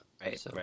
Right